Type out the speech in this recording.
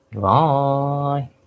Bye